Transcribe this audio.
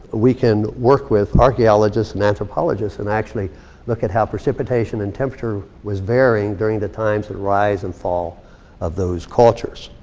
we can work with archeologists and anthropologists and actually look at how precipitation and temperature was varying during the times of rise and fall of those cultures.